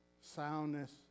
soundness